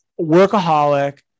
workaholic